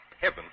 Heaven